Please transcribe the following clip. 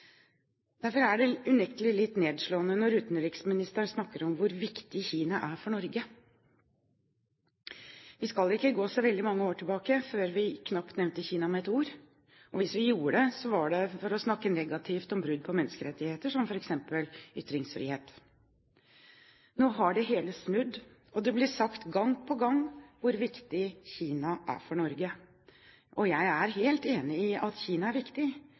Derfor er det unektelig litt nedslående når utenriksministeren snakker om hvor viktig Kina er for Norge. Vi skal ikke så veldig mange år tilbake før vi knapt nevnte Kina med et ord, og hvis vi gjorde det, var det for å snakke negativt om brudd på menneskerettigheter, som f.eks. ytringsfrihet. Nå har det hele snudd, og det blir sagt gang på gang hvor viktig Kina er for Norge. Jeg er helt enig i at Kina er viktig,